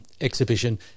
exhibition